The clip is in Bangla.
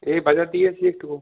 এই বাজার দিয়ে এসছি একটু